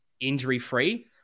injury-free